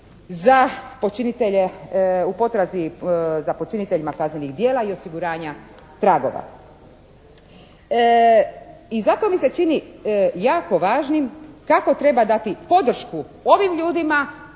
počinitelja i u potrazi za počiniteljima kaznenih djela i osiguranja tragova. I zato mi se čini jako važnim kako treba dati podršku ovim ljudima